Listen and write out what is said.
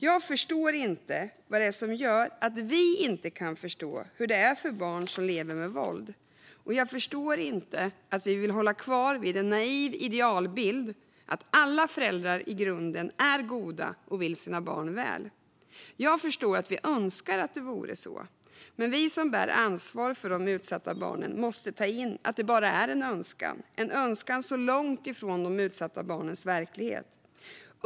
Jag förstår inte vad det är som gör att vi inte kan förstå hur det är för barn som lever med våld. Och jag förstår inte att vi vill hålla kvar en naiv idealbild av att alla föräldrar i grunden är goda och vill sina barn väl. Jag förstår att vi önskar att det vore så. Men vi som bär ansvar för de utsatta barnen måste ta in att det bara är en önskan, en önskan långt ifrån de utsatta barnens verklighet.